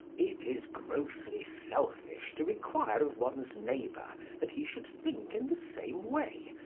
it is grossly selfish to require of ones neighbour that he should think in the same way,